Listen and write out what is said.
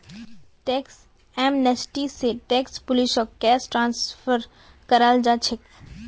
tax amnesty स tax पुलिसक case transfer कराल जा छेक